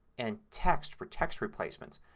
and text for text replacement.